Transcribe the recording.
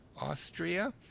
Austria